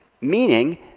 meaning